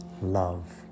love